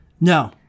No